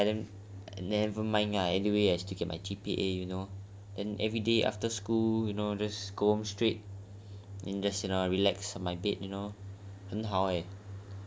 never mind ah anyway I still get my G_P_A you know and everyday after school you know just go home straight and then just sit down and relax on my bed you know 很好 eh